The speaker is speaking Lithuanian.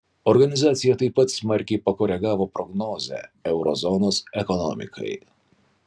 organizacija taip pat smarkiai pakoregavo prognozę euro zonos ekonomikai